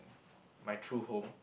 my true home